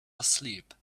asleep